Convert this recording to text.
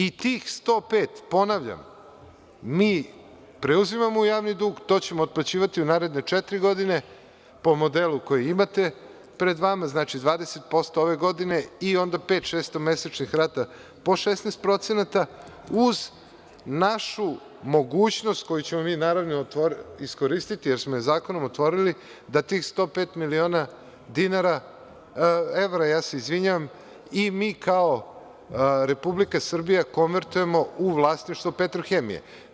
I tih 105, ponavljam, mi preuzimamo javni dug, to ćemo otplaćivati u naredne četiri godine po modelu koji imate pred vama, znači, 20% ove godine i onda pet šestomesečnih rata po 16%, uz našu mogućnost koju ćemo mi, naravno, iskoristiti jer smo je zakonom otvorili, da tih 105 miliona evra i mi kao Republika Srbija konvertujemo u vlasništvo „Petrohemije“